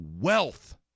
wealth